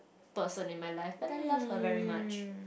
person in my life but I love her very much